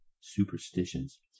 superstitions